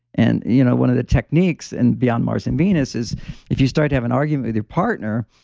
and you know one of the techniques in beyond mars and venus is if you start to have an argument with your partner,